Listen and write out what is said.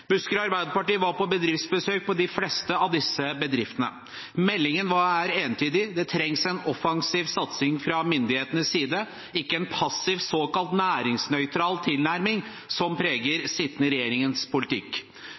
Buskerud Arbeiderparti var på bedriftsbesøk på de fleste av disse bedriftene. Meldingen er entydig: Det trengs en offensiv satsing fra myndighetenes side, ikke en passiv såkalt næringsnøytral tilnærming som preger sittende regjerings politikk.